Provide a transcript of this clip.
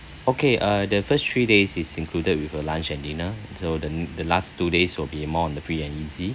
okay uh the first three days is included with a lunch and dinner so the the last two days will be more on the free and easy